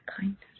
kindness